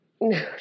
no